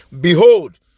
Behold